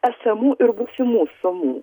esamų ir būsimų sumų